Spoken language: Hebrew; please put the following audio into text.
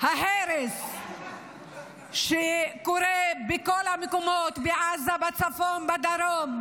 ההרס שקורה בכל המקומות בעזה, בצפון, בדרום,